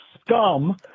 scum